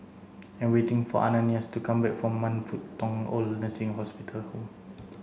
I'm waiting for Ananias to come back from Man Fut Tong OId Nursing Hospital Home